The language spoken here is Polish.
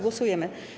Głosujemy.